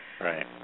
Right